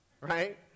Right